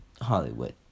Hollywood